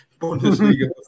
Bundesliga